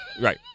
right